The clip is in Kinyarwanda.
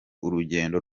urugendo